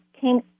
came